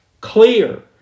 clear